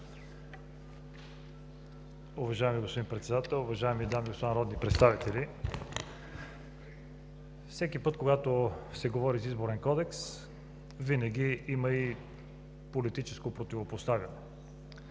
Уважаеми господин Председател, уважаеми дами и господа народни представители! Всеки път, когато се говори за Изборен кодекс, винаги има и политическо противопоставяне,